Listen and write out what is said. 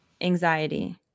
anxiety